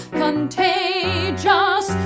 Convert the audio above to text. contagious